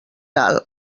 alt